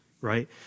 right